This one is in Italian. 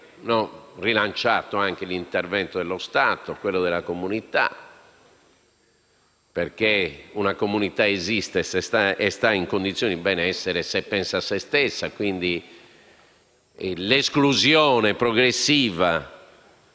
sia rilanciato l'intervento dello Stato e della comunità, perché una comunità esiste e sta in condizioni di benessere se pensa a se stessa e l'esclusione progressiva